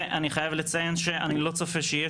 ואני חייב לציין שאני לא צופה שיהיה